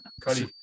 cuddy